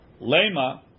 Lema